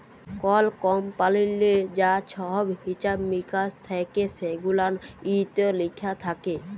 call কমপালিললে যা ছহব হিছাব মিকাস থ্যাকে সেগুলান ইত্যে লিখা থ্যাকে